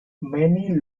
many